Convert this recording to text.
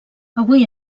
avui